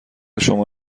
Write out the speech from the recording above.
شما